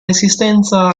resistenza